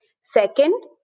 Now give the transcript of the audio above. Second